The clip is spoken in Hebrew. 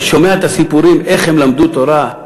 ושומע את הסיפורים איך הם למדו תורה,